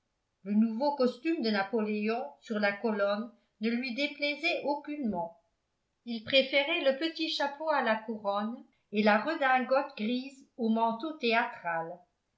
le nouveau costume de napoléon sur la colonne ne lui déplaisait aucunement il préférait le petit chapeau à la couronne et la redingote grise au manteau théâtral